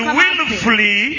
willfully